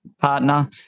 partner